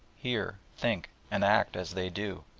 hear, think, and act as they do.